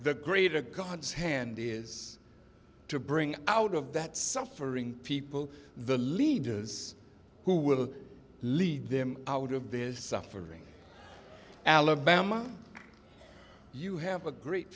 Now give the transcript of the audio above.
the greater god's hand is to bring out of that suffering people the leaders who will lead them out of their suffering alabama you have a great